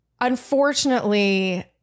unfortunately